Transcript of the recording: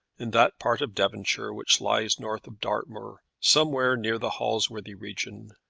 in that part of devonshire which lies north of dartmoor, somewhere near the holsworthy region,